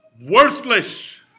Worthless